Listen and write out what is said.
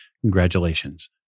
Congratulations